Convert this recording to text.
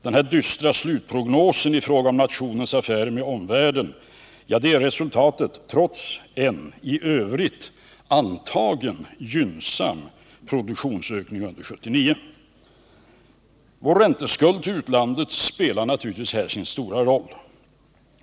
Den här dystra slutprognosen i fråga om nationens affärer med omvärlden är resultatet, trots en i övrigt antagen, gynnsam produktionsökning under 1979. Vår ränteskuld till utlandet spelar naturligtvis här sin stora roll.